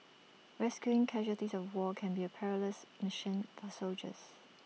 rescuing casualties of war can be A perilous mission for soldiers